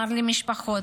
מר למשפחות,